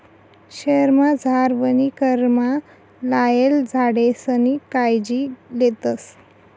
शयेरमझार वनीकरणमा लायेल झाडेसनी कायजी लेतस